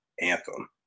Anthem